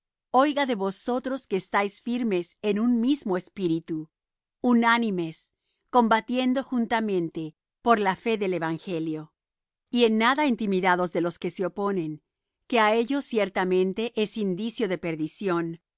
oiga de vosotros que estáis firmes en un mismo espíritu unánimes combatiendo juntamente por la fe del evangelio y en nada intimidados de los que se oponen que á ellos ciertamente es indicio de perdición